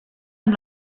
amb